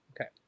Okay